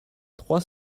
trois